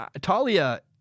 Talia